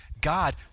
God